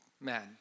man